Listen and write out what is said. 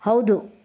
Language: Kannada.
ಹೌದು